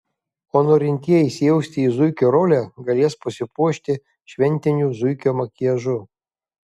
o norintieji įsijausti į zuikio rolę galės pasipuošti šventiniu zuikio makiažu